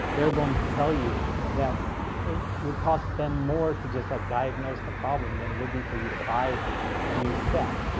they're going to tell you that it would cost them more to just like diagnose the problem than it would be for you to buy a new set.